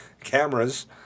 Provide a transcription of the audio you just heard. cameras